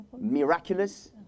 miraculous